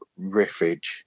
riffage